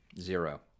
zero